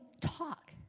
talk